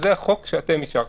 זה החוק שאתם אישרתם.